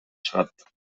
чыгат